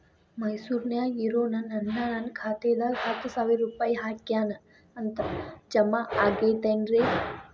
ಮೈಸೂರ್ ನ್ಯಾಗ್ ಇರೋ ನನ್ನ ಅಣ್ಣ ನನ್ನ ಖಾತೆದಾಗ್ ಹತ್ತು ಸಾವಿರ ರೂಪಾಯಿ ಹಾಕ್ಯಾನ್ ಅಂತ, ಜಮಾ ಆಗೈತೇನ್ರೇ?